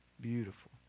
Beautiful